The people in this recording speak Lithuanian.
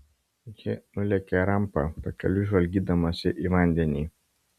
ji nulėkė rampa pakeliui žvalgydamasi į vandenį